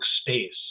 space